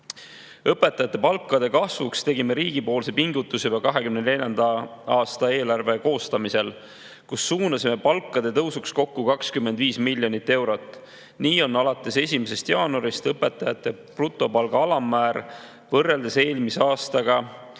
eelarveid. Õpetajate palkade kasvuks tegime riigina pingutuse juba 2024. aasta eelarve koostamisel, kui suunasime palkade tõusuks kokku 25 miljonit eurot. Nii on alates 1. jaanuarist õpetajate brutopalga alammäär võrreldes eelmise aastaga 54 eurot